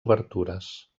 obertures